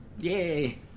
Yay